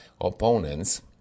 opponents